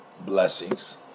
blessings